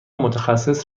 متخصص